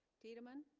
tiedemann